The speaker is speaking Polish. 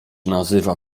nazywa